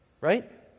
Right